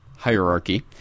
Hierarchy